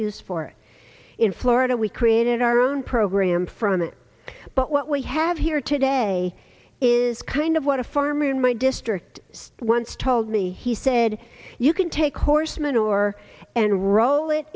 use for it in florida we created our own program from it but what we have here today is kind of what a farmer in my district once told me he said you can take a horse manure and roll it